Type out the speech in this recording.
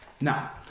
Now